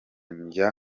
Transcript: njye